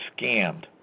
scammed